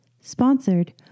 sponsored